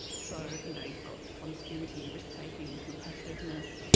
so you know you've got promiscuity, risk-taking, competitiveness,